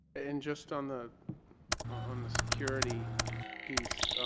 and just on the on the security piece